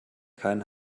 keinen